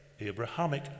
Abrahamic